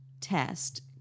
test